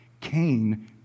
Cain